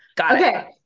okay